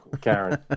Karen